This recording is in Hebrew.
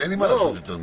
אין לי מה לעשות יותר מזה.